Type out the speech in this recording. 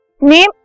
Name